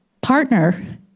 partner